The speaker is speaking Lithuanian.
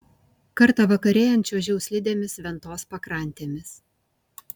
kartą vakarėjant čiuožiau slidėmis ventos pakrantėmis